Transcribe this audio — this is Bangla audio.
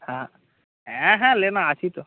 হ্যাঁ হ্যাঁ হ্যাঁ লেনা আছি তো